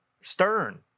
stern